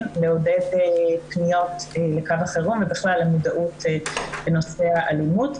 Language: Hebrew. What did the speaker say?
לעודד פניות לקו החירום ובכלל המודעות בנושא האלימות,